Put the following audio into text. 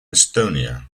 estonia